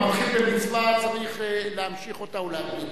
המתחיל במצווה צריך להמשיך אותה ולהתמיד.